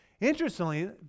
interestingly